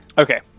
Okay